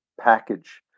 package